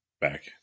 back